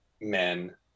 men